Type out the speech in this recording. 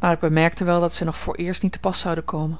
maar ik bemerkte wel dat zij nog vooreerst niet te pas zouden komen